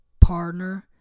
partner